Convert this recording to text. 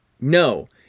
no